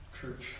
church